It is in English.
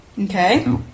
Okay